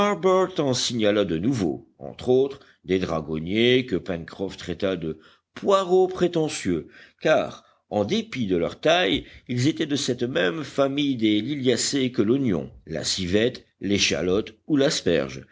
en signala de nouveaux entre autres des dragonniers que pencroff traita de poireaux prétentieux car en dépit de leur taille ils étaient de cette même famille des liliacées que l'oignon la civette l'échalote ou l'asperge